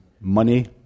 money